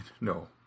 No